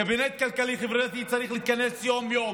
קבינט חברתי-כלכלי צריך להתכנס יום-יום,